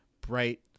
bright